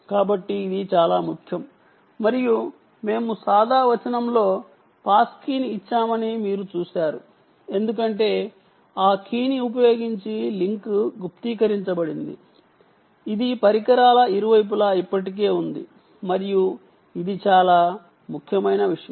కాబట్టి ఇది చాలా ముఖ్యం మరియు మేము ప్లైన్ టెక్స్ట్ రూపంలో పాస్ కీని ఇచ్చామని మీరు చూసారు ఎందుకంటే ఆ కీ ని ఉపయోగించి లింక్ గుప్తీకరించబడింది ఇది పరికరాల ఇరువైపులా ఇప్పటికే ఉంది మరియు ఇది చాలా ముఖ్యమైన విషయం